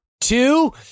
two